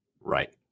Right